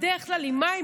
בדרך כלל עם מים,